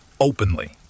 openly